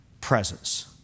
presence